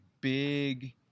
big